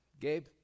Gabe